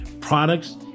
products